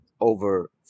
over